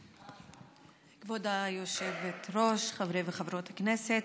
כבוד היושבת-ראש, חברי וחברות הכנסת,